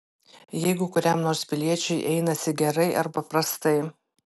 jeigu kuriam nors piliečiui einasi gerai arba prastai